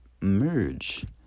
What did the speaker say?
merge